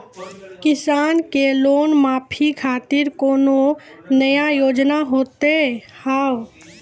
किसान के लोन माफी खातिर कोनो नया योजना होत हाव?